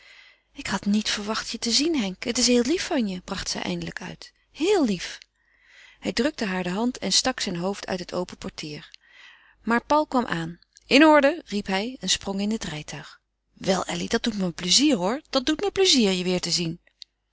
ik had niet verwacht je te zien henk het is heel lief van je bracht zij eindelijk uit heel lief hij drukte haar de hand en stak zijn hoofd uit het open portier maar paul kwam aan in orde riep hij en sprong in het rijtuig wel elly dat doet me plezier hoor dat doet me plezier je weêr te zien